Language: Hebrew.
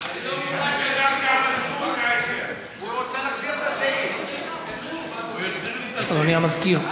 בוודאי לאדוני יש מה להחכים אותנו בעניינה של הצעת החוק הזאת.